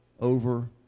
over